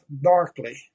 darkly